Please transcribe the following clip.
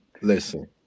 Listen